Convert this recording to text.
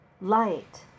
light